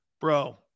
bro